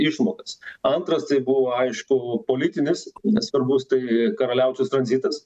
išmokas antras tai buvo aišku politinis nesvarbus tai karaliaučius tranzitas